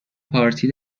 پارتی